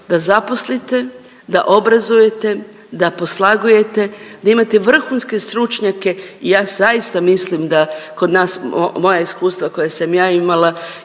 da zaposlite, da obrazujete, da poslagujete, da imate vrhunske stručnjake i ja zaista mislim da kod nas, moja iskustva koja sam ja imala